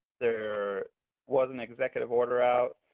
there was an executive order out